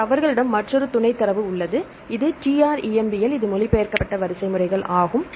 பின்னர் அவர்களிடம் மற்றொரு துணைத் தரவு உள்ளது இது trEMBL இது மொழிபெயர்க்கப்பட்ட வரிசைமுறைகள் ஆகும்